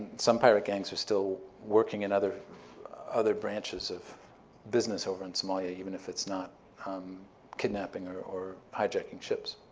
some pirate gangs are still working in other other branches of business over in somalia even if it's not um kidnapping or or hijacking ships.